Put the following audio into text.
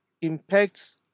impacts